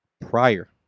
prior